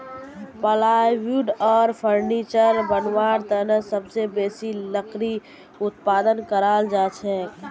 plywood आर furniture बनव्वार तने सबसे बेसी लकड़ी उत्पादन कराल जाछेक